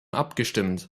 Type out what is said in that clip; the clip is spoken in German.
abgestimmt